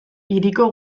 hiriko